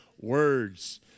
words